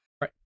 Right